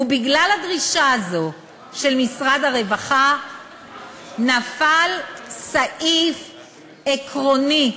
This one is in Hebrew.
ובגלל הדרישה הזאת של משרד הרווחה נפל סעיף עקרוני,